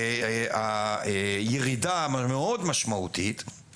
שהירידה המשמעותית מאוד,